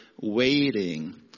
waiting